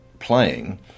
playing